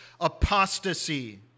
apostasy